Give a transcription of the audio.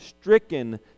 stricken